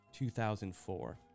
2004